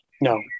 No